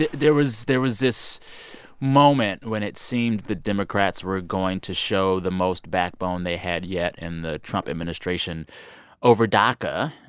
there was there was this moment when it seemed the democrats were going to show the most backbone they had yet in the trump administration over daca.